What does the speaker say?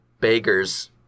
beggars